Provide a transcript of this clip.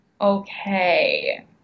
okay